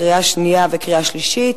קריאה שנייה וקריאה שלישית.